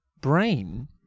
brain